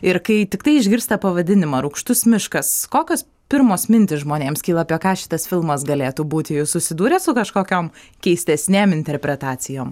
ir kai tiktai išgirsta pavadinimą rūgštus miškas kokios pirmos mintys žmonėms kyla apie ką šitas filmas galėtų būt jūs susidūrėt su kažkokiom keistesnėm interpretacijom